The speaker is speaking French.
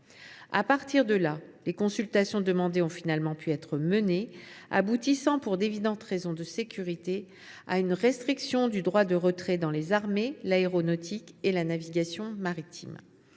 ce fondement, les consultations demandées ont finalement pu être menées, aboutissant, pour d’évidentes raisons de sécurité, à une restriction du droit de retrait dans les armées, l’aéronautique et la navigation maritime.